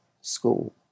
school